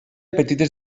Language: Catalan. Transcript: petites